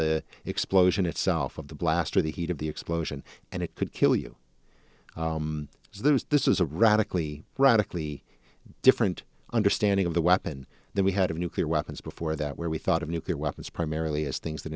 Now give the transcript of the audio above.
the explosion itself of the blast or the heat of the explosion and it could kill you so there was this is a radically radically different understanding of the weapon than we had of nuclear weapons before that where we thought of nuclear weapons primarily as things that